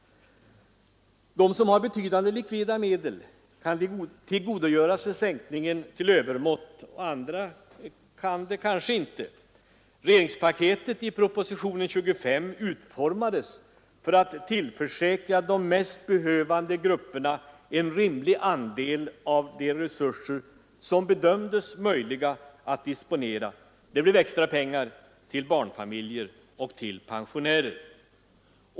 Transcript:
De som har betydande likvida medel kan tillgodogöra sig sänkningen till övermått; andra kan det kanske inte. Regeringspaketet i propositionen 25 utformades för att tillförsäkra de mest behövande grupperna en rimlig andel av de resurser som bedömdes möjliga att disponera — det blev extra pengar till barnfamiljer och till pensionärer.